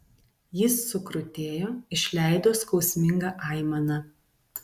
jis sukrutėjo išleido skausmingą aimaną